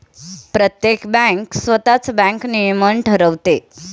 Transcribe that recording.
प्रत्येक बँक स्वतःच बँक नियमन ठरवते